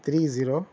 three zero